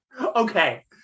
Okay